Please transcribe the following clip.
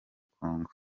congo